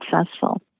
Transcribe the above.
successful